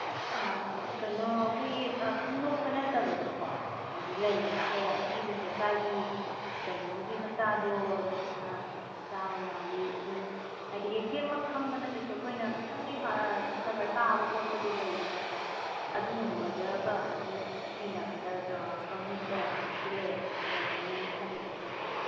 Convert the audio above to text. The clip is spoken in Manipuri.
ꯀꯩꯅꯣ ꯑꯩꯈꯣꯏꯒꯤ ꯈꯪꯗꯣꯛꯄ ꯅꯠꯇꯕꯗꯀꯣ ꯍꯥꯏꯕꯗꯤ ꯂꯩꯗꯅ ꯑꯦ ꯁꯤ ꯂꯩꯀꯥꯏꯒꯤ ꯀꯩꯅꯣꯒꯤ ꯃꯆꯥꯗꯣ ꯃꯥ ꯅꯤꯁꯥ ꯆꯥꯕ ꯃꯥꯜꯂꯤ ꯑꯗꯨ ꯍꯥꯏꯕꯗꯤ ꯑꯦꯛꯖꯦꯛꯃꯛ ꯈꯪꯕ ꯅꯠꯇ꯭ꯔꯁꯨ ꯑꯩꯈꯣꯏꯅ ꯈꯤꯇꯪꯗꯤ ꯈꯔ ꯇꯥꯕ ꯈꯣꯠꯄꯗꯤ ꯂꯩꯗꯅꯀꯣ ꯑꯗꯨꯒꯨꯝꯕꯗꯒ ꯍꯥꯏꯐꯦꯠ ꯊꯦꯡꯅꯕꯗ ꯆꯥꯎꯔꯥꯛꯄ ꯃꯤ ꯀꯌꯥꯃꯨꯛꯇꯤ ꯂꯩꯔꯝꯅꯦꯅ ꯈꯟꯕꯒꯦ